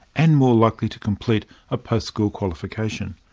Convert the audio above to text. and more likely to complete a post-school qualification.